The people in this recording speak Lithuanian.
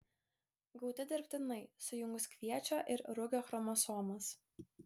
gauti dirbtinai sujungus kviečio ir rugio chromosomas